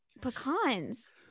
pecans